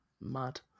mad